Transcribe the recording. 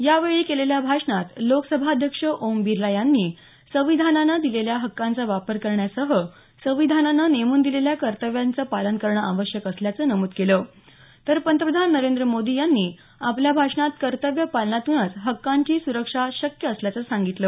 यावेळी केलेल्या भाषणात लोकसभाध्यक्ष ओम बिर्ला यांनी संविधानाने दिलेल्या हकांचा वापर करण्यासह संविधानाने नेमून दिलेल्या कर्तव्यांचं पालन करणं आवश्यक असल्याचं नमूद केलं तर पंतप्रधान नरेंद्र मोदी यांनी आपल्या भाषणात कर्तव्य पालनातूनच हक्कांची सुरक्षा शक्य असल्याचं सांगितलं